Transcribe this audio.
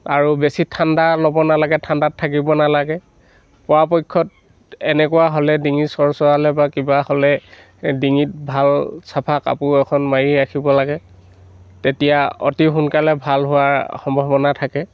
আৰু বেছি ঠাণ্ডা ল'ব নালাগে ঠাণ্ডাত থাকিব নালাগে পৰাপক্ষত এনেকুৱা হ'লে ডিঙি চৰচৰালে বা কিবা হ'লে ডিঙিত ভাল চাফা কাপোৰ এখন মাৰি ৰাখিব লাগে তেতিয়া অতি সোনকালে ভাল হোৱাৰ সম্ভাৱনা থাকে